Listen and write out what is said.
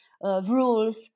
rules